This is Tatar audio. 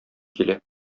килә